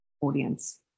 audience